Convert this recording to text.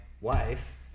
wife